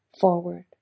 forward